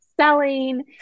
selling